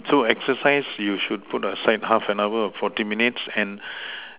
so exercise you should put aside half an hour or forty minutes and